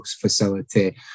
facility